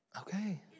Okay